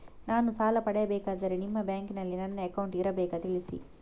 ನಾನು ಸಾಲ ಪಡೆಯಬೇಕಾದರೆ ನಿಮ್ಮ ಬ್ಯಾಂಕಿನಲ್ಲಿ ನನ್ನ ಅಕೌಂಟ್ ಇರಬೇಕಾ ತಿಳಿಸಿ?